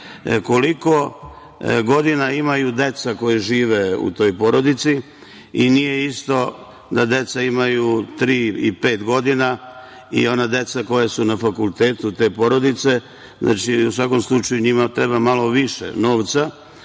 koliko godina imaju deca koja žive u toj porodici i nije isto da deca imaju tri i pet godina i ona deca koja su na fakultetu te porodice. U svakom slučaju njima treba malo više novca